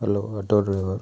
hello auto driver